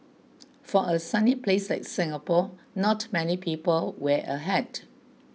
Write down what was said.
for a sunny place like Singapore not many people wear a hat